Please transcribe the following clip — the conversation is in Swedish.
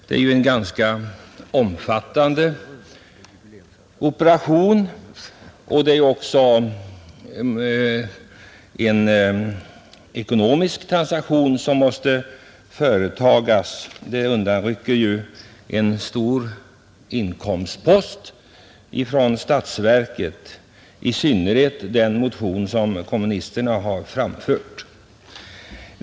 Det är ju en ganska omfattande operation, och det är också en ekonomisk transaktion som måste företagas. Den undanrycker ju statsverket en stor inkomstpost. I synnerhet gäller det förslaget i den motion som kommunisterna har väckt.